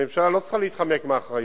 הממשלה לא צריכה להתחמק מאחריות,